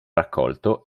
raccolto